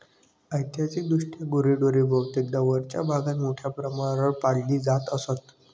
ऐतिहासिकदृष्ट्या गुरेढोरे बहुतेकदा वरच्या भागात मोठ्या प्रमाणावर पाळली जात असत